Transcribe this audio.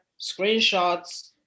screenshots